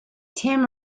tim